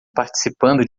participando